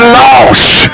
lost